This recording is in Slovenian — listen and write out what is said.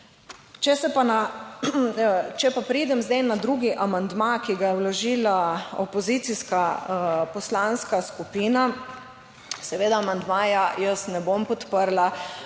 Če pa preidem zdaj na drugi amandma, ki ga je vložila opozicijska poslanska skupina. Seveda amandmaja jaz ne bom podprla